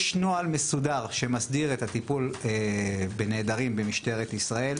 יש נוהל מסודר שמסדיר את הטיפול בנעדרים במשטרת ישראל,